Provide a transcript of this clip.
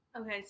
Okay